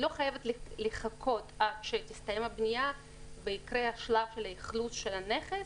את לא חייבת לחכות עד שתסתיים הבנייה ויחל שלב אכלוס הנכס.